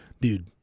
Dude